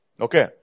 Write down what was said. Okay